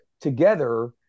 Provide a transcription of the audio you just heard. together